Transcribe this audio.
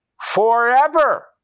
forever